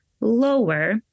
lower